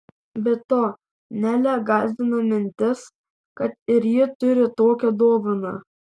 be to nelę gąsdina mintis kad ir ji turi tokią dovaną